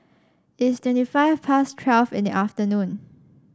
its twenty five past twelve in the afternoon